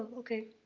ah okay.